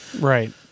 Right